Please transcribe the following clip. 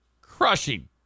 crushing